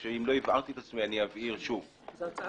כלומר לצורך